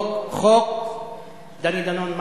חוק דני דנון.